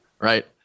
right